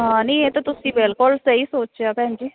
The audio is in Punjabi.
ਹਾਂ ਨਹੀਂ ਇਹ ਤਾਂ ਤੁਸੀਂ ਬਿਲਕੁਲ ਸਹੀ ਸੋਚਿਆ ਭੈਣ ਜੀ